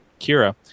Kira